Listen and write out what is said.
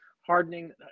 hardening